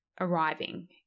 arriving